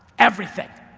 everything.